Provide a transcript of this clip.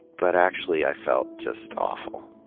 but actually i felt just awful.